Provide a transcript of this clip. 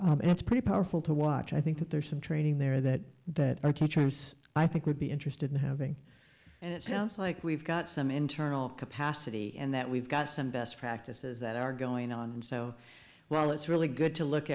and it's pretty powerful to watch i think there's some training there that that our teachers i think would be interested in having and it sounds like we've got some internal capacity and that we've got some best practices that are going on and so well it's really good to look